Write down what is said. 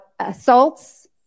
assaults